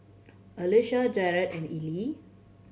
Elisha Jerad and Ellie